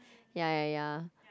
ya ya ya